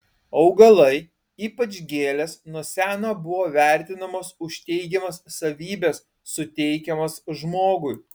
augalai ypač gėlės nuo seno buvo vertinamos už teigiamas savybes suteikiamas žmogui